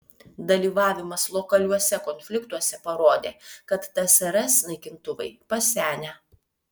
dalyvavimas lokaliuose konfliktuose parodė kad tsrs naikintuvai pasenę